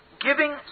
giving